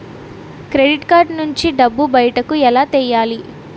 Credit card నుంచి డబ్బు బయటకు ఎలా తెయ్యలి?